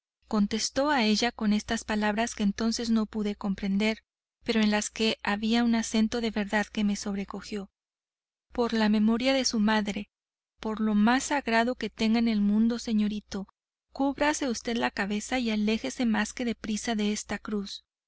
contestó a ella con estas palabras que entonces no pude comprender pero en las que había un acento de verdad que me sobrecogió por la memoria de su madre por lo más sagrado que tenga en el mundo señorito cúbrase usted la cabeza y aléjese más que de prisa de esta cruz